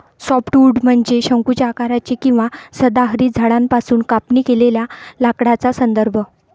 softwood म्हणजे शंकूच्या आकाराचे किंवा सदाहरित झाडांपासून कापणी केलेल्या लाकडाचा संदर्भ